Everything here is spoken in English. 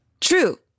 True